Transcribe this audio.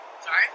Sorry